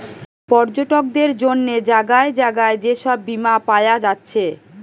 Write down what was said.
পর্যটকদের জন্যে জাগায় জাগায় যে সব বীমা পায়া যাচ্ছে